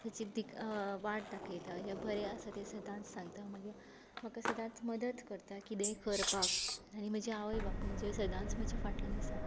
तांची दिकां वाट दाखयता किंवा बरें आसा तें सदांच सांगता म्हाका सदांच मदत करतात कितेंय करपाक आनी म्हजी आवय बापूय ज्यो सदांच म्हज्या फाटल्यान आसा